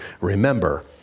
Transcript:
Remember